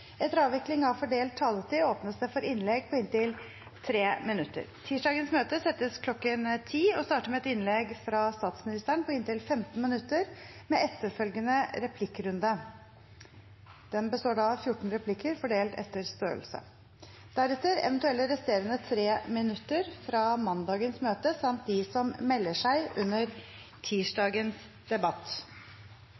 Etter avvikling av fordelt taletid åpnes det for innlegg på inntil 3 minutter. Tirsdagens møte settes kl. 10 og starter med et innlegg fra statsministeren på inntil 15 minutter, med etterfølgende replikkrunde bestående av 14 replikker fordelt etter størrelse. Deretter kommer eventuelle resterende treminuttersinnlegg fra mandagens møte samt de som melder seg under